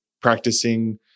practicing